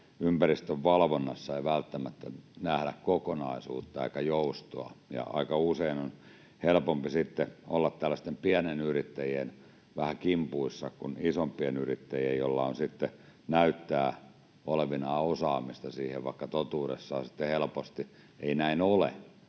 ympäristön valvonnassa ei välttämättä nähdä kokonaisuutta eikä joustoa. Aika usein on helpompi sitten olla vähän tällaisten pienten yrittäjien kimpuissa kuin isompien yrittäjien, joilla on sitten näyttää olevinaan osaamista siihen, vaikka totuudessaan helposti ei näin ole.